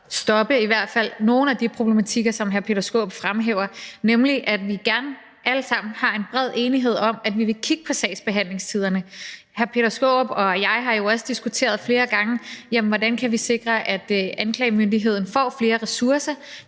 stoppe i hvert fald nogle af de problematikker, som hr. Peter Skaarup fremhæver, da der nemlig er en bred enighed om, at vi vil kigge på sagsbehandlingstiderne. Hr. Peter Skaarup og jeg har jo også diskuteret flere gange, hvordan vi kan sikre, at anklagemyndigheden får flere ressourcer,